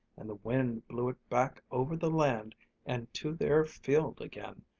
and the wind blew it back over the land and to their field again,